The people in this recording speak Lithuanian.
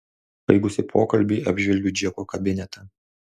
baigusi pokalbį apžvelgiu džeko kabinetą